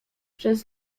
przez